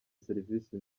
serivisi